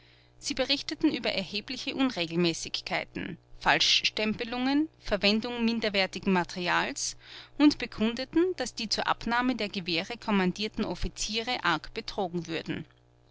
sie berichteten über erhebliche unregelmäßgkeiten falschstempelungen verwendung minderwertigen materials und bekundeten daß die zur abnahme der gewehre kommandierten offiziere arg betrogen würden